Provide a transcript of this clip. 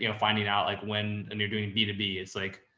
you know finding out like when and you're doing b two b, it's like,